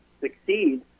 succeed